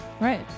Right